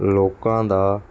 ਲੋਕਾਂ ਦਾ